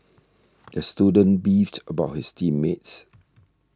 the student beefed about his team mates